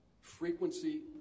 frequency